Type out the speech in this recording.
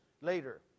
later